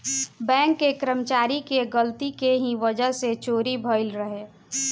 bank के कर्मचारी के गलती के ही वजह से चोरी भईल रहे